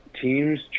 teams